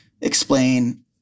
explain